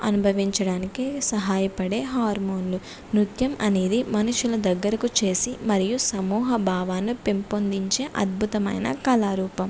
అనుభవించడానికి సహాయపడే హార్మోన్లు నృత్యం అనేది మనుషుల దగ్గరకు చేసి మరియు సమూహ భావాన్ని పెంపొందించే అద్భుతమైన కళారూపం